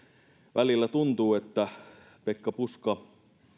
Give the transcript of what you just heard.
välillä tuntuu että pekka puska